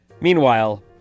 Meanwhile